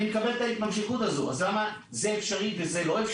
אני מקבל את ההתממשקות הזאת, אז זה אפשרי וזה לא?